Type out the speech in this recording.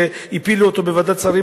שהפילו אותו בוועדת שרים,